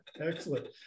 Excellent